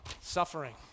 suffering